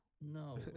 No